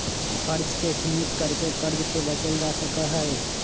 खर्च के सीमित कर के कर्ज से बचल जा सका हई